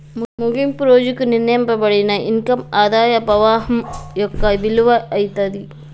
ముగింపు రోజుకి నిర్ణయింపబడిన ఇన్కమ్ ఆదాయ పవాహం యొక్క విలువ అయితాది